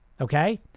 Okay